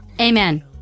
Amen